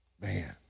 man